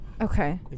Okay